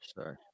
sorry